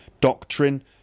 Doctrine